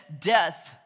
death